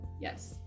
Yes